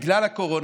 בגלל הקורונה,